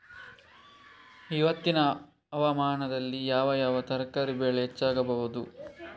ಇವತ್ತಿನ ಹವಾಮಾನದಲ್ಲಿ ಯಾವ ಯಾವ ತರಕಾರಿ ಬೆಳೆ ಹೆಚ್ಚಾಗಬಹುದು?